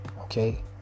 Okay